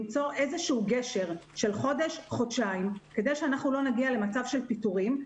למצוא איזה גשר של חודש חודשיים כדי שלא נגיע למצב של פיטורים.